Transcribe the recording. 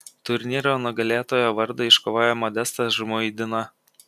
turnyro nugalėtojo vardą iškovojo modestas žmuidina